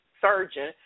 surgeon